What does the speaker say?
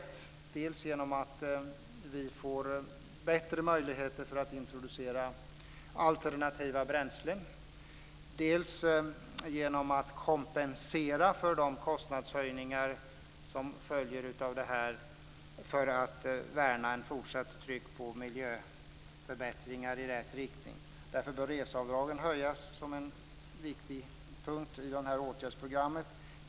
Det kan ske dels genom att vi får bättre möjligheter att introducera alternativa bränslen, dels genom att kompensera för de kostnadshöjningar som följer av detta. Vi måste värna ett fortsatt tryck på miljöförbättringar. Därför bör reseavdragen höjas. Det är en viktig punkt i det här åtgärdsprogrammet.